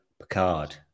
Picard